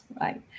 Right